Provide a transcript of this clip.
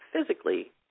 physically